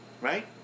right